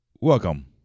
welcome